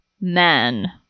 men